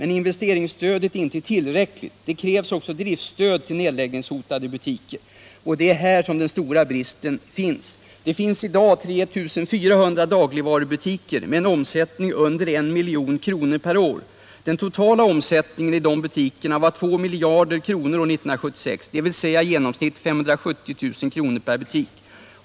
Men investeringsstödet är inte tillräckligt. Det krävs också driftstöd till nedläggningshotade butiker. Det är här vi har den stora bristen. Det finns i dag 3 400 dagligvarubutiker med en omsättning under 1 milj.kr. per år. Den totala omsättningen i dessa butiker var 2 miljarder kronor år 1976, dvs. i genomsnitt 570 000 kr. per butik.